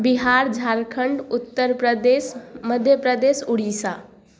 Bihar Jharkhand Uttar Pradesh Madhya Pradesh Orissa